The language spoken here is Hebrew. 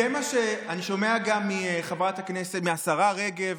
זה מה שאני שומע גם מהשרה רגב,